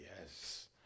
Yes